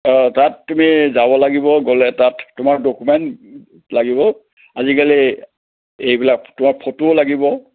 অঁ তাত তুমি যাব লাগিব গ'লে তাত তোমাৰ ডকুমেণ্ট লাগিব আজিকালি এইবিলাক তোমাৰ ফটোও লাগিব